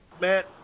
Matt